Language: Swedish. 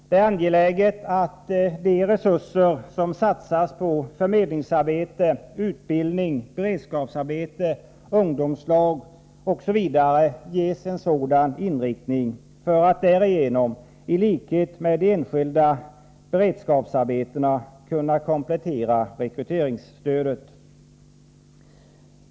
Det är angeläget att de resurser som satsas på förmedlingsarbete, utbildning, beredskapsarbete, ungdomslag osv. inriktas i enlighet härmed, så att de i likhet med de enskilda beredskapsarbetena kan komplettera rekryteringsstödet.